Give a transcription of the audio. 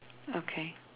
okay